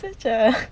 such a